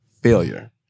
failure